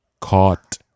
caught